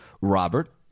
Robert